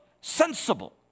sensible